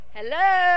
hello